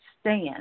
stand